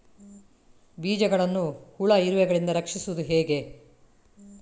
ಬೀಜವನ್ನು ಹುಳ, ಇರುವೆಗಳಿಂದ ರಕ್ಷಿಸುವುದು ಹೇಗೆ?